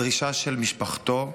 הדרישה של משפחתו,